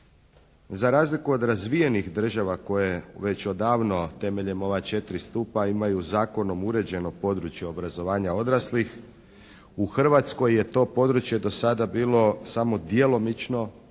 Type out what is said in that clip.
Za razliku od razvijenih država koje već odavno temeljem ova 4 stupa imaju zakonom uređeno područje obrazovanja odraslih u Hrvatskoj je to područje do sada bilo samo djelomično